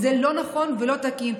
זה לא נכון ולא תקין.